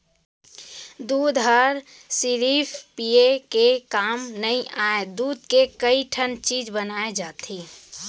दूद हर सिरिफ पिये के काम नइ आय, दूद के कइ ठन चीज बनाए जाथे